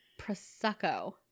prosecco